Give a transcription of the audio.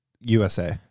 USA